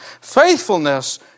Faithfulness